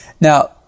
Now